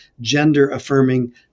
gender-affirming